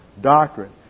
doctrine